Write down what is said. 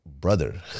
brother